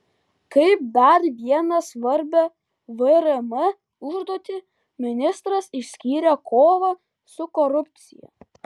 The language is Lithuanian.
kaip dar vieną svarbią vrm užduotį ministras išskyrė kovą su korupcija